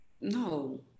no